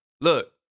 Look